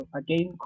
again